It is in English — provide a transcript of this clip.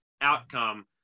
outcome